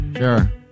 Sure